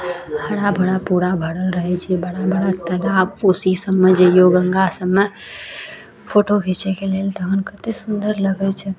हरा भरा पूरा भरल रहै छै बड़ा बड़ा तालाब कोसी सबमे जैयौ गङ्गा सबमे फोटो खीचैके लेल तहन कतेक सुन्दर लगैत छै